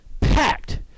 packed